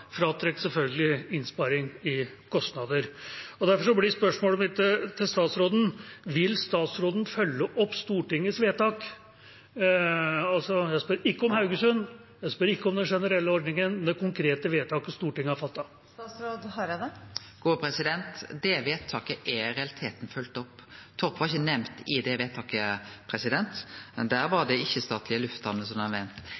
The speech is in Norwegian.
Derfor blir spørsmålet mitt til statsråden: Vil statsråden følge opp Stortingets vedtak? Jeg spør altså ikke om Haugesund eller den generelle ordningen, men det konkrete vedtaket Stortinget har fattet. Det vedtaket er i realiteten følgt opp. Torp var ikkje nemnd i det vedtaket. Der